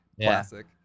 Classic